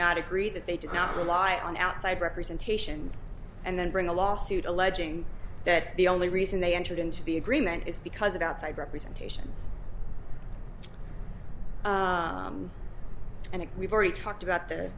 not agree that they do not rely on outside representations and then bring a lawsuit alleging that the only reason they entered into the agreement is because of outside representations and we've already talked about the